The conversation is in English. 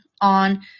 on